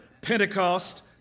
Pentecost